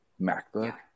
MacBook